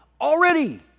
already